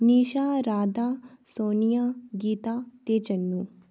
निशा राधा सोनिया गीता ते जन्नू